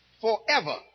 forever